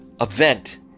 event